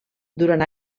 durant